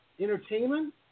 entertainment